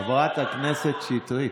רגע, חברת הכנסת שטרית.